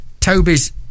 Toby's